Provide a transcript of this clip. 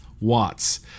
watts